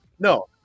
No